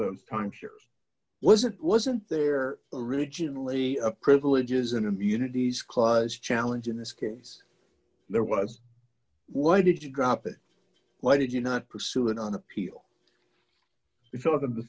with timeshares wasn't wasn't there originally a privileges and immunities clause challenge in this case there was why did you drop it why did you not pursue it on appeal